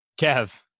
Kev